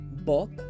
book